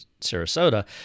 Sarasota